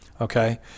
okay